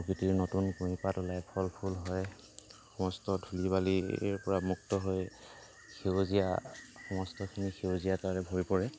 প্ৰকৃতিৰ নতুন কুঁহিপাত ওলাই ফল ফুল হয় সমষ্ট ধূলি বালিৰপৰা মুক্ত হৈ সেউজীয়া সমষ্টখিনি সেউজীয়া আকাৰে ভৰি পৰে